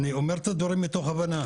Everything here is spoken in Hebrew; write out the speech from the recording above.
אני אומר את הדברים הבנה,